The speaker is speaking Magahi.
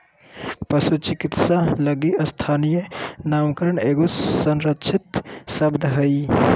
पशु चिकित्सक लगी स्थानीय नामकरण एगो संरक्षित शब्द हइ